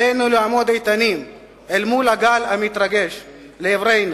עלינו לעמוד איתנים אל מול הגל המתרגש לעברנו.